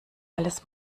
alles